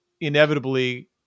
inevitably